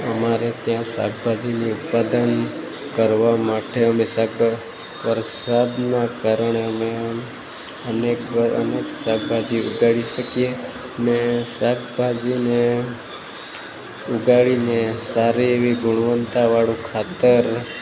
અમારે ત્યાં શાકભાજીનું ઉત્પાદન કરવા માટે અમે સાંકડ વરસાદના કારણે અમે આમ અનેકવાર અનેક શાકભાજી ઉગાડી શકીએ અને શાકભાજીને ઉગાડીને સારી એવી ગુણવત્તા વાળું ખાતર